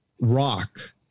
Rock